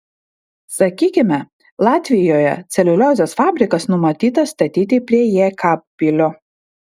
sakykime latvijoje celiuliozės fabrikas numatytas statyti prie jekabpilio